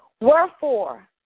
Wherefore